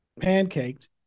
pancaked